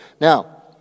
Now